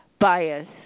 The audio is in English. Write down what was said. bias